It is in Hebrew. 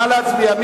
נא להצביע.